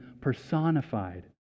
personified